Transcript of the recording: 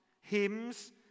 hymns